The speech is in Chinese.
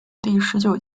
第十九